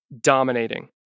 dominating